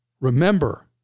remember